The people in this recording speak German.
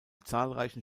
zahlreichen